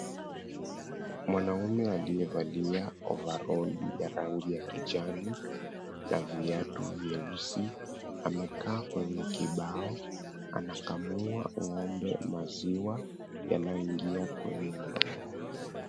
Mwanaume aliyevalia ovaroli ya rangi ya kijani na viatu vyeusi, amekaa kwenye kibao. Anakamua ng'ombe maziwa yanayoingia kwenye ndoo.